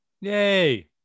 Yay